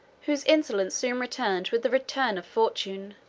whose insolence soon returned with the return of fortune.